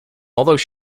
although